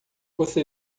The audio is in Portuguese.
você